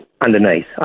Underneath